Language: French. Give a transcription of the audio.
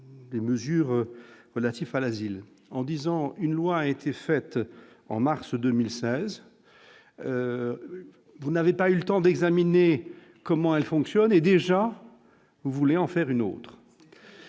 des mesures relatif à l'asile en disant une loi a été faite en mars 2016, vous n'avez pas eu le temps d'examiner comment elle fonctionne déjà vous voulez en faire une autre.